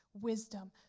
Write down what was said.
wisdom